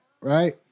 right